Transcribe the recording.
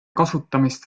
kasutamist